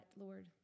Lord